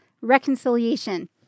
reconciliation